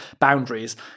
boundaries